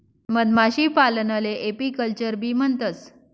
मधमाशीपालनले एपीकल्चरबी म्हणतंस